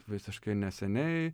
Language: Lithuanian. visiškai neseniai